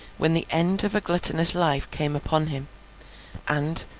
when the end of a gluttonous life came upon him and,